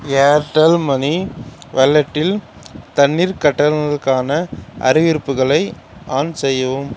Airtel money வாலெட்டில் தண்ணீர் கட்டணங்களுக்கான அறிவிப்புகளை ஆன் செய்யவும்